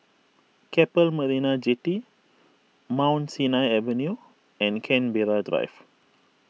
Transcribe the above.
Keppel Marina Jetty Mount Sinai Avenue and Canberra Drive